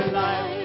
life